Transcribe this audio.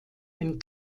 ein